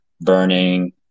burning